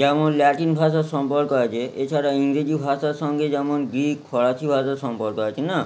যেমন ল্যাটিন ভাষার সম্পর্ক আছে এছাড়া ইংরেজি ভাষার সঙ্গে যেমন গ্রিক ফরাসি ভাষার সম্পর্ক আছে না